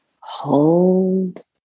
hold